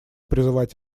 призывать